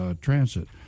transit